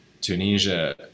Tunisia